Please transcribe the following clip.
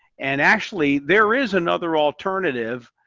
and actually there is another alternative.